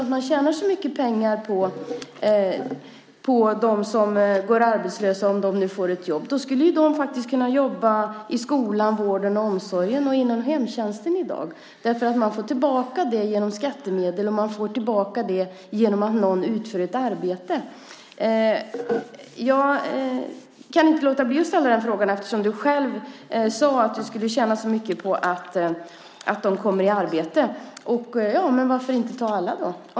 Om man tjänar så mycket pengar på att de som nu går arbetslösa får ett jobb skulle de kunna jobba i skolan, vården, omsorgen och hemtjänsten i dag. Pengarna kommer tillbaka i skattemedlen och genom att någon utför ett arbete. Jag kan inte låta bli att ställa dessa frågor eftersom du själv sade att du skulle tjäna så mycket på att de kommer ut i arbete. Varför inte ta alla?